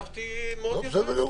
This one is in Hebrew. הקשבתי מאוד יפה, לא הפרעתי.